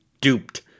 duped